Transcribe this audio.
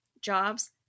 jobs